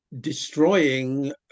destroying